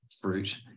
fruit